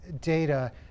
data